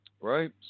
Right